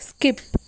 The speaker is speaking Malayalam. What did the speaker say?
സ്കിപ്പ്